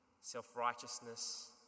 self-righteousness